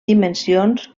dimensions